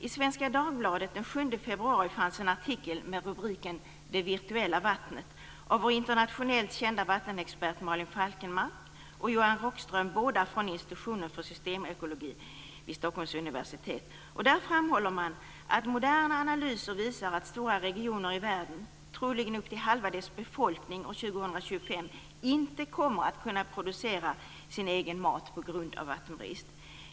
I Svenska Dagbladet från den 7 februari fanns det en artikel med rubriken Det virtuella vattnet, skriven av våra internationellt kända vattenexperter Malin Falkenmark och Johan Rockström, båda från institutionen för systemekologi vid Stockholms universitet. Där framhåller man att moderna analyser visar att stora regioner i världen - troligen halva dess befolkning år 2025 - inte kommer att kunna producera sin egen mat på grund av vattenbrist.